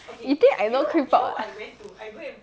you think I not creeped out ah